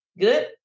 Good